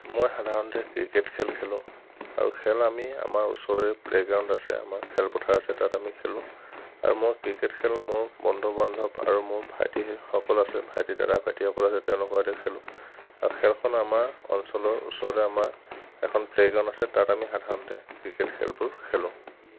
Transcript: মই সাধাৰণতে ক্ৰিকেট খেল খেলোঁ আৰু খেল আমি আমাৰ ওচৰৰে প্লেগ্ৰাউণ্ড আছে আমাৰ খেলপথাৰ আছে তাত আমি খেলোঁ আৰু মই ক্ৰিকেট খেল মোৰ বন্ধু বান্ধৱ আৰু মোৰ ভাইটি সেইসকল আছে ভাইটি দাদা ভাইটিসকল আছে তেওঁলোকৰ সৈতে খেলোঁ আৰু খেলখন আমাৰ অঞ্চলৰ ওচৰতে আমাৰ এখন প্লেগ্ৰাউণ্ড আছে তাত আমি সাধাৰণতে ক্ৰিকেট খেলবোৰ খেলোঁ